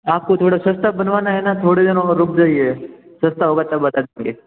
आपको थोड़ा सस्ता बनवाना है न थोड़े दिन और रुक जाइए सस्ता होगा तब बता देंगे